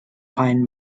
pine